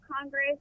Congress